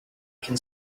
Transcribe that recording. can